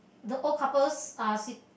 the old couples are sit